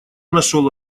нашел